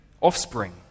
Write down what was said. offspring